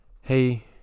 hey